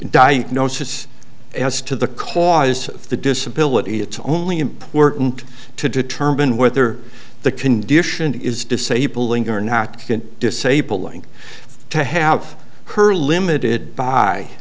diagnosis as to the cause of the disability it's only important to determine whether the condition is disabling or not can disabling to have her limited by